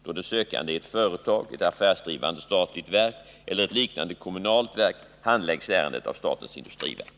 Då den sökande är ett företag, ett affärsdrivande statligt verk eller ett liknande kommunalt verk handläggs ärendet av statens industriverk.